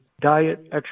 diet